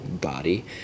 body